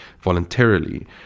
voluntarily